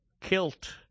Kilt